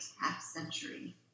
half-century